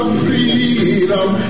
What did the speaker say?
freedom